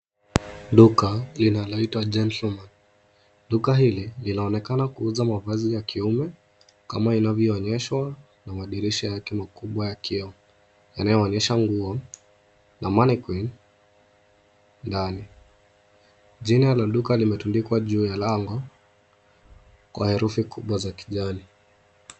Duka linaloitwa Gentleman , duka hili linaonekana kuuza mavazi ya kiume kama inavyoonyeshwa na madirisha yake makubwa ya kioo ,yanayoonyesha nguo na mannequin ndani. Jina la duka limetundikwa ju ya lango kwa herufi kubwa ya kijani.